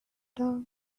dark